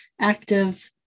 active